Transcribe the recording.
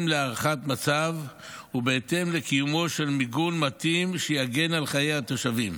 בהתאם להערכת מצב ובהתאם לקיומו של מיגון מתאים שיגן על חיי התושבים.